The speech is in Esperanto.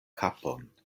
kapon